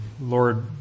Lord